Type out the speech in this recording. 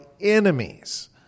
enemies